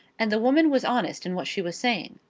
and the woman was honest in what she was saying.